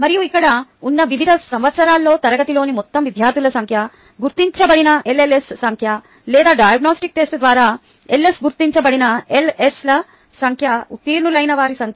మరియు ఇక్కడ ఉన్న వివిధ సంవత్సరాల్లో తరగతిలోని మొత్తం విద్యార్థుల సంఖ్య గుర్తించబడిన LLS సంఖ్య లేదా డయాగ్నొస్టిక్ పరీక్ష ద్వారా LS గుర్తించబడిన ఎల్ఎస్ల సంఖ్య ఉత్తీర్ణులైన వారి సంఖ్య